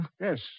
Yes